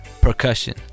percussion